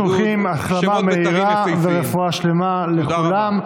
כולנו שולחים החלמה מהירה ורפואה שלמה לכולם.